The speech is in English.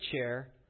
chair